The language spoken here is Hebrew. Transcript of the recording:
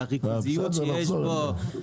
על הריכוזיות שיש בו,